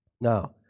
Now